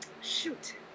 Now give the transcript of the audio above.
shoot